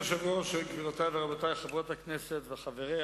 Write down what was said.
רותם ורוברט אילטוב וקבוצת חברי